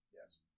yes